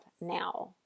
now